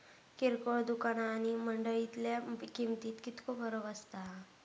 किरकोळ दुकाना आणि मंडळीतल्या किमतीत कितको फरक असता?